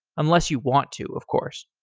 unless you want to, of course.